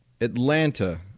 Atlanta